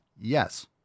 yes